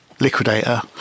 Liquidator